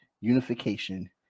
unification